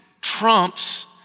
trumps